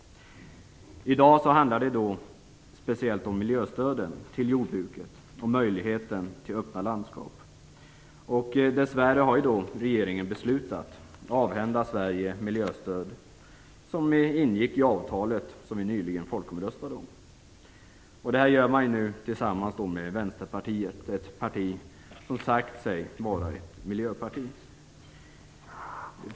I dag handlar det speciellt om miljöstöden till jordbruket och om möjligheten till öppna landskap. Dess värre har regeringen beslutat att avhända Sverige miljöstöd som ingick i det avtal som vi nyligen folkomröstade om. Detta gör man nu tillsammans med Vänsterpartiet, som ju sagt sig vara ett miljöparti.